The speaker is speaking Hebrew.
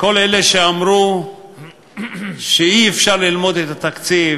כל אלה שאמרו שאי-אפשר ללמוד את התקציב